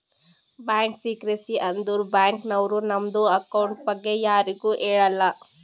bank secrecy ಅಂದುರ್ bank ನವ್ರು ನಮ್ದು ಅಕೌಂಟ್ ಬಗ್ಗೆ ಯಾರಿಗು ಹೇಳಲ್ಲ